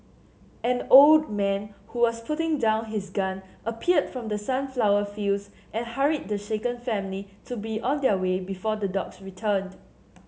an old man who was putting down his gun appeared from the sunflower fields and hurried the shaken family to be on their way before the dogs returned